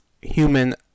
human